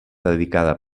dedicada